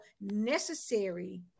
necessary